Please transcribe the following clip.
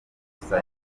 yemeza